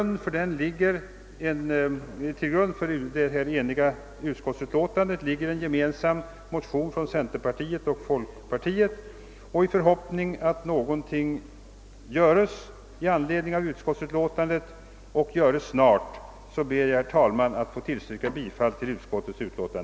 Det enhälliga utskottsutlåtandet grundas på en gemensam motion från centerpartiet och folkpartiet, och i förhoppning att någonting görs och görs snart med anledning av utskottsutlåtandet ber jag, herr talman, att få yrka bifall till utskottets hemställan.